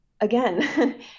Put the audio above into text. again